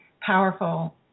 powerful